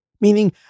Meaning